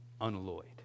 unalloyed